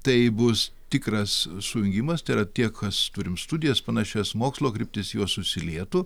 tai bus tikras sujungimas tai yra tie kas turim studijas panašias mokslo kryptis juos susilietų